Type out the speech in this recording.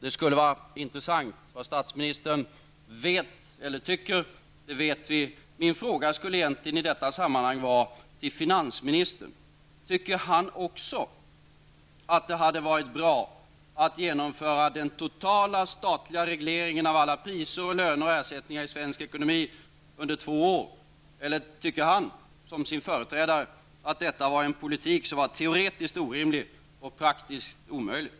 Det skulle vara intressant att få veta vad statsministern tycker. Min fråga skall egentligen ställas till finansministern. Tycker finansministern också att det hade varit bra att införa den totala statliga regleringen av alla priser, löner och ersättningar i svensk ekonomi under två år? Tycker finansministern som sin företrädare att detta var en politik som var teoretiskt orimlig och praktiskt omöjlig?